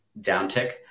downtick